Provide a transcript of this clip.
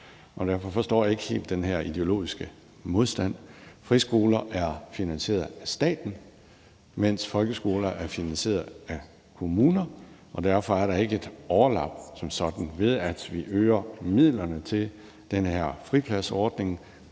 Derfor forstår jeg ikke helt den her ideologiske modstand. Friskoler er finansieret af staten, mens folkeskoler er finansieret af kommuner, og derfor er der ikke et overlap som sådan. Ved at vi øger midlerne til den her fripladsordning,